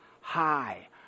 high